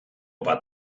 bat